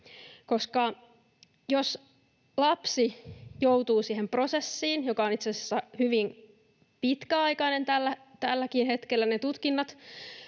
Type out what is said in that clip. koska jos lapsi joutuu siihen prosessiin, joka on, ja ne tutkinnat, itse asiassa hyvin pitkäaikaisia tälläkin hetkellä...